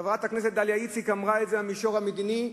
חברת הכנסת דליה איציק אמרה את זה במישור המדיני,